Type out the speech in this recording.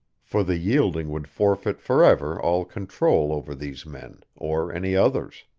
for the yielding would forfeit forever all control over these men, or any others.